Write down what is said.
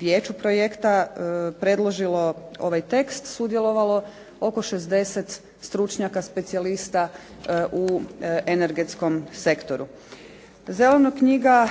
Vijeću projekta predložilo ovaj tekst sudjelovalo oko 60 stručnjaka specijalista u energetskom sektoru. Zelena knjiga